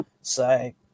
say